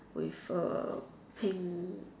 with a pink